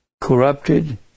corrupted